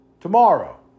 tomorrow